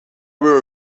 were